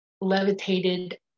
levitated